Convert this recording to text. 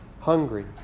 hungry